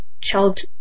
child